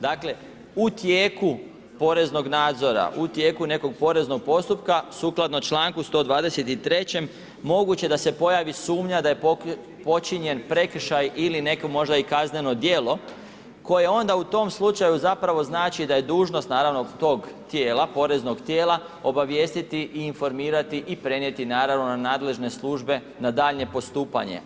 Dakle u tijeku poreznog nadzora, u tijeku nekog poreznog postupka sukladno članku 123. moguće da se pojavi sumnja da je počinjen prekršaj ili neko možda i kazneno djelo koje onda u tom slučaju zapravo znači da je dužnost, naravno tog tijela, poreznog tijela, obavijestiti i informirati i prenijeti naravno na nadležne službe na daljnje postupanje.